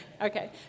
Okay